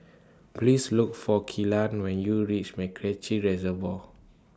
Please Look For Kelan when YOU REACH Macritchie Reservoir